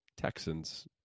Texans